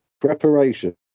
Preparation